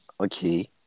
Okay